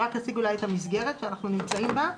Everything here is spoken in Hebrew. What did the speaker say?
נציג את המסגרת שאנחנו נמצאים בה.